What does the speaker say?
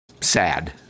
sad